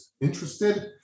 interested